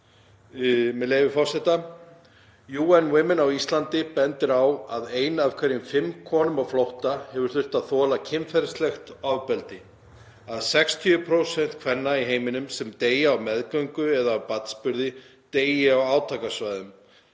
með leyfi forseta: „UN Women á Íslandi bendir á að ein af hverjum fimm konum á flótta hefur þurft að þola kynferðislegt ofbeldi; að 60% kvenna í heiminum sem deyja á meðgöngu eða af barnsburði deyi á átakasvæðum;